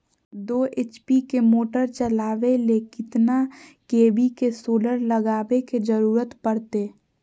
दो एच.पी के मोटर चलावे ले कितना के.वी के सोलर लगावे के जरूरत पड़ते?